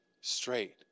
straight